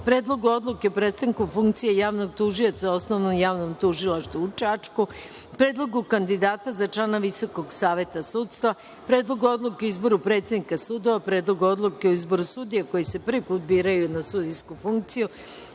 Predlogu Odluke o prestanku funkcije javnog tužioca Osnovnom javnom tužilaštvu u Čačku, Predlogu kandidata za člana Visokog saveta sudstva, Predlogu odluke o izboru predsednika sudova, Predlogu odluke o izboru sudija koji se prvi put biraju na sudijsku funkciju,